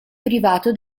privato